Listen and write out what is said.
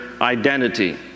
identity